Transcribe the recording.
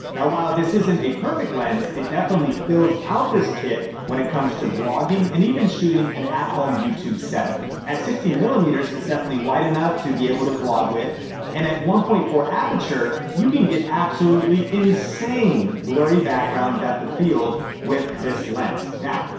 now while this isn't a perfect lens, it definitely fills out this kit when it comes to vlogging and even shooting an at-home youtube setup. at sixteen millimeters, it's definitely wide enough to be able to vlog with and at one point four aperture, you can get absolutely insane blurry background depth of field with this lens. now,